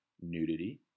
nudity